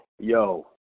Yo